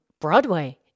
Broadway